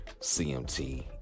CMT